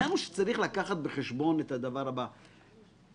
אני